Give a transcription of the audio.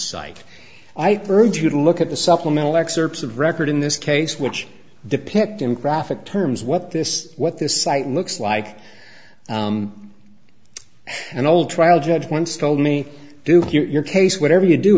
site i purged you to look at the supplemental excerpts of record in this case which depict in graphic terms what this what this site looks like an old trial judge once told me duke your case whatever you do